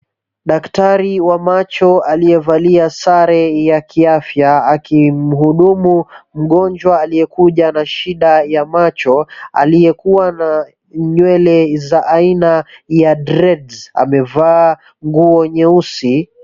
Daktari wa macho aliyevalia sare ya kiafya akimuhudumu mgonjwa aliyekuja na shida ya macho, aliyekuwa na nywele za aina ya dreads amevaa nguo nyeusi.